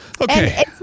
Okay